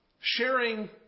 Sharing